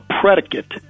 predicate